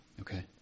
Okay